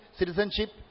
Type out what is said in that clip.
citizenship